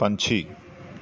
ਪੰਛੀ